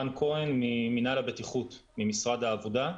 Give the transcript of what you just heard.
מינהל הבטיחות, משרד העבודה.